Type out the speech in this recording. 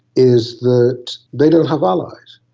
is that they don't have allies.